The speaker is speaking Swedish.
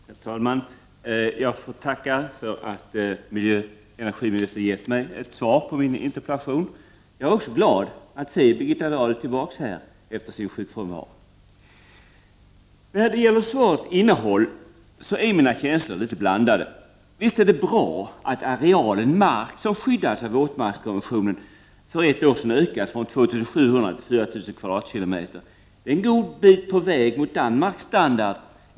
Herr talman! Jag ber att få tacka för att miljöoch energiministern gett mig ett svar på interpellationen. Jag är också glad att se Birgitta Dahl tillbaka efter sin sjukfrånvaro. När det gäller svarets innehåll är mina känslor litet blandade. Visst är det bra att arealen mark som skyddas av våtmarkskonventionen för ett år sedan ökades från 2 700 till 4 000 km?. Det är en god bit på väg mot Danmarks standard.